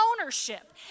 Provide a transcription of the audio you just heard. ownership